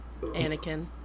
Anakin